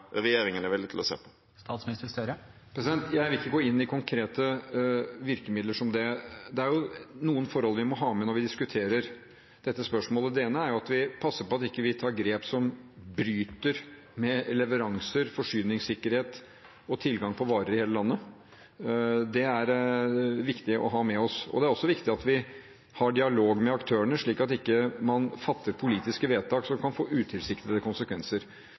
til å se på? Jeg vil ikke gå inn på konkrete virkemidler – som det. Det er noen forhold vi må ha med når vi diskuterer dette spørsmålet. Det ene er at vi passer på at vi ikke tar grep som bryter med leveranser, forsyningssikkerhet og tilgang på varer i hele landet. Det er det viktig å ha med oss. Det er også viktig at vi har dialog med aktørene, slik at man ikke fatter politiske vedtak som kan få utilsiktede konsekvenser.